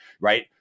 Right